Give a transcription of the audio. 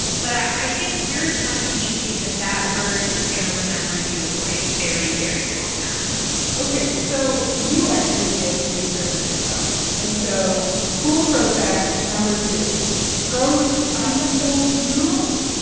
but i think your assumption should be that that bird is going to remember you for a very, very long time ok. so you actually did some experiments yourself. and so cool crow fact no. two crows kind of hold funerals?